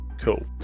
Cool